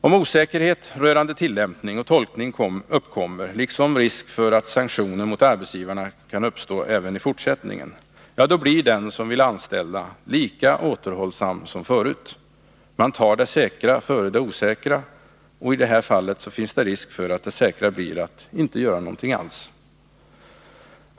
Om osäkerhet rörande tillämpning och tolkning uppkommer, liksom om risk för att sanktioner mot arbetsgivarna kan uppstå även i fortsättningen, blir den som vill anställa lika återhållsam som förut. Man tar det säkra före det osäkra — och i detta fall finns det risk för att det säkra blir att inte göra någonting alls.